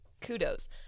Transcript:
kudos